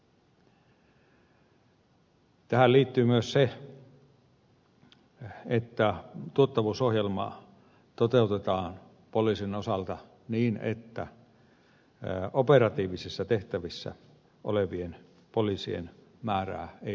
tähän liittyy myös se että tuottavuusohjelma toteutetaan poliisin osalta niin että operatiivisissa tehtävissä olevien poliisien määrää ei vähennetä